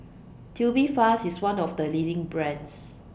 Tubifast IS one of The leading brands